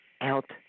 out